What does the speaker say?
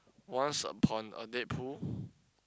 Once Upon a Deadpool